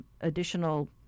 additional